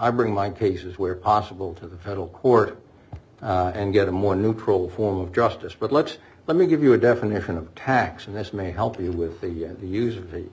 i bring my cases where possible to the federal court and get a more neutral form of justice but let's let me give you a definition of tax and this may help you with the use of a